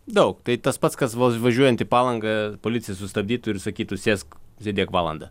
daug tai tas pats kas vos važiuojant į palangą policija sustabdytų ir sakytų sėsk sėdėk valandą